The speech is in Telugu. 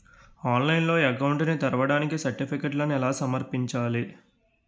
ఆన్లైన్లో అకౌంట్ ని తెరవడానికి సర్టిఫికెట్లను ఎలా సమర్పించాలి?